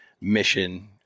mission